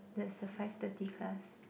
there's the five thirty class